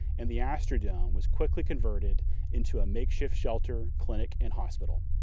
and the astrodome was quickly converted into a makeshift shelter, clinic, and hospital.